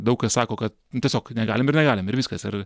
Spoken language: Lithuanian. daug kas sako kad tiesiog negalim ir negalim ir viskas ir